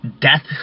death